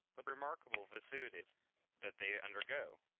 but the remarkable vicissitudes that they undergo.